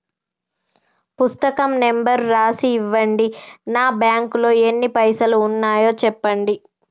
పుస్తకం నెంబరు రాసి ఇవ్వండి? నా బ్యాంకు లో ఎన్ని పైసలు ఉన్నాయో చెప్పండి?